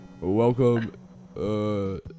welcome